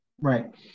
right